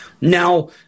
Now